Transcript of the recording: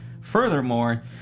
Furthermore